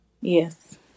Yes